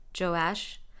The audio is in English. Joash